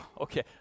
Okay